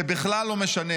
זה בכלל לא משנה.